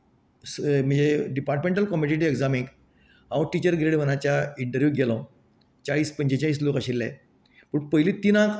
departmental competitive एग्जामीक हांव teacher grade वॉनाच्या इंन्टर्व्युक गेलो चाळीस पंचेचाळीस लोक आशिल्ले पूण पयली तिनांक